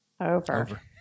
Over